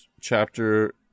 chapter